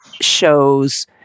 shows